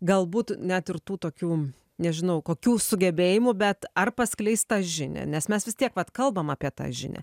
galbūt net ir tų tokių nežinau kokių sugebėjimų bet ar paskleist tą žinią nes mes vis tiek vat kalbam apie tą žinią